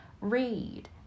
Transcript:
read